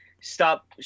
stop